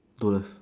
don't have